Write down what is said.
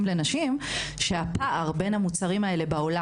לנשים אני אגיד שהפער בין המוצרים האלה בעולם